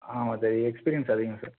ஆமாம் sir experience அதிகம் sir